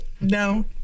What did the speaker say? No